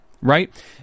Right